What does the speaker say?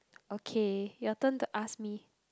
okay your turn to ask me